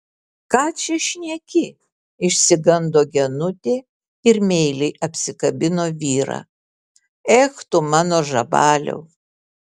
ką čia šneki išsigando genutė ir meiliai apsikabino vyrą ech tu mano žabaliau